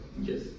Yes